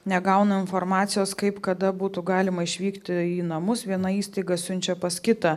negauna informacijos kaip kada būtų galima išvykti į namus viena įstaiga siunčia pas kitą